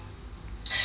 some of them